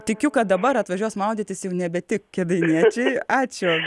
tikiu kad dabar atvažiuos maudytis jau nebe tik kėdainiečiai ačiū